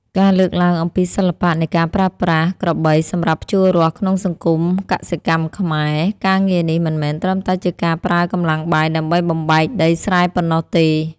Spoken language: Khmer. ការលើកឡើងអំពីសិល្បៈនៃការប្រើប្រាស់ក្របីសម្រាប់ភ្ជួររាស់ក្នុងសង្គមកសិកម្មខ្មែរ ការងារនេះមិនមែនត្រឹមតែជាការប្រើកម្លាំងបាយដើម្បីបំបែកដីស្រែប៉ុណ្ណោះទេ។